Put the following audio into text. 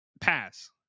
pass